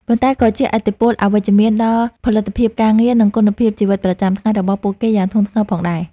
ប៉ុន្តែក៏ជះឥទ្ធិពលអវិជ្ជមានដល់ផលិតភាពការងារ និងគុណភាពជីវិតប្រចាំថ្ងៃរបស់ពួកគេយ៉ាងធ្ងន់ធ្ងរផងដែរ។